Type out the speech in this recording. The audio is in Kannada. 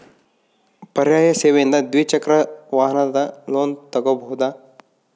ಪರ್ಯಾಯ ಸೇವೆಯಿಂದ ದ್ವಿಚಕ್ರ ವಾಹನದ ಲೋನ್ ತಗೋಬಹುದಾ?